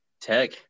tech